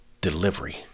delivery